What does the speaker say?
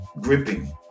gripping